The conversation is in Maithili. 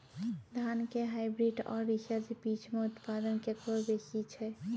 धान के हाईब्रीड और रिसर्च बीज मे उत्पादन केकरो बेसी छै?